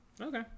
Okay